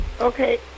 Okay